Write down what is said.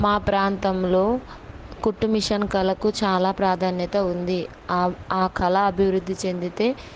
మా ప్రాంతంలో కుట్టు మిషన్ కళకు చాలా ప్రాధాన్యత ఉంది ఆ కళ అభివృద్ధి చెందితే